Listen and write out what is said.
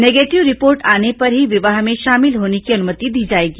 negative report आने पर ही विवाह में शामिल होने की अनुमति दी जाएगी